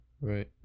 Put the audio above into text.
Right